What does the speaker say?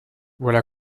voilà